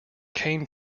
cane